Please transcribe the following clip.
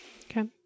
Okay